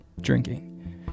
drinking